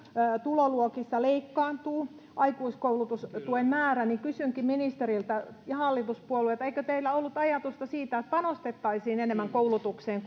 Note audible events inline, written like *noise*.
tuloluokissa leikkaantuu aikuiskoulutustuen määrä kysynkin ministeriltä ja hallituspuolueilta eikö teillä ollut ajatusta siitä että panostettaisiin enemmän koulutukseen *unintelligible*